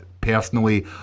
personally